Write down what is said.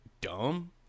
dumb